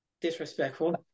Disrespectful